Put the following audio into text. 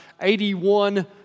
Eighty-one